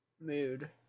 Mood